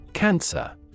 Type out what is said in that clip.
Cancer